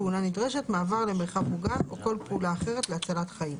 "פעולה נדרשת" מעבר למרחב מוגן או כל פעולה אחרת להצלת חיים.